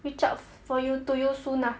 reach out for you to you soon ah